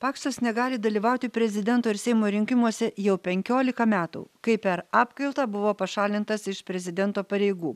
paksas negali dalyvauti prezidento ir seimo rinkimuose jau penkiolika metų kai per apkaltą buvo pašalintas iš prezidento pareigų